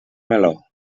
meló